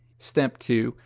step two.